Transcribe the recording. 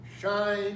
Shine